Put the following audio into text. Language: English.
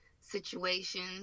situations